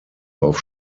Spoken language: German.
auf